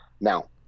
now